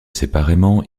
séparément